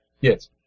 Yes